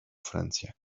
francia